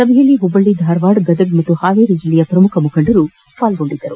ಸಭೆಯಲ್ಲಿ ಹುಬ್ಬಳ್ಳಿ ಧಾರವಾದ ಗದಗ ಹಾಗೂ ಹಾವೇರಿ ಜಿಲ್ಲೆಯ ಪ್ರಮುಖ ಮುಖಂಡರು ಭಾಗವಹಿಸಿದ್ದರು